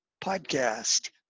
podcast